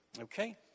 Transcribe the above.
Okay